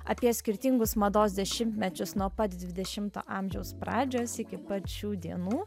apie skirtingus mados dešimtmečius nuo pat dvidešimto amžiaus pradžios iki pat šių dienų